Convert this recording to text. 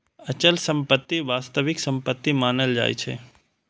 अचल संपत्ति वास्तविक संपत्ति मानल जाइ छै